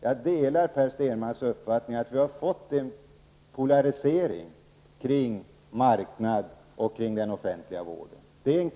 Jag delar Per Stenmarcks uppfattning att det har skett en klar polarisering kring marknad och den offentliga vården.